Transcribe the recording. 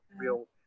real